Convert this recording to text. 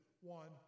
one